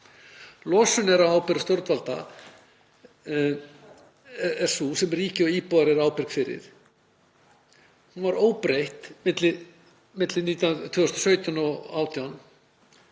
Losun á ábyrgð stjórnvalda er sú sem ríki og íbúar eru ábyrg fyrir. Hún var óbreytt milli 2017 og 2018